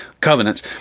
covenants